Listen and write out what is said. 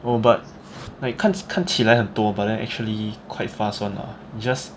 oh but like 看起来很多 but then actually quite fast [one] lah you just